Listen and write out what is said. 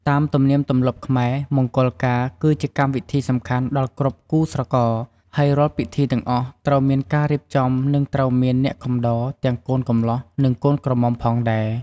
តាមទំនៀមទម្លាប់ខ្មែរ មង្គលការគឺជាកម្មវិធីសំខាន់ដល់គ្រប់គូស្រករ ហើយរាល់ពិធីទាំងអស់ត្រូវមានការរៀបចំ និងត្រូវមានអ្នកកំដរទាំងកូនកម្លោះ និងកូនក្រមុំផងដែរ។